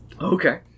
Okay